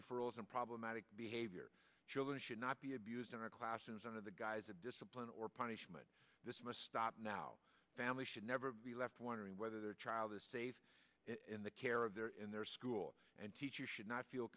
referrals and problematic behavior children should not be abused in our classrooms under the guise of discipline or punishment this must stop now family should never be left wondering whether their child is safe in the care of their in their school and teachers should not feel